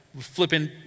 flipping